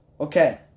Okay